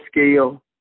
scale